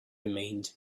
remained